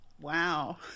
Wow